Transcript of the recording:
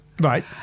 Right